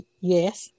yes